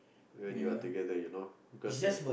when you are together you know because like